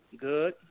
good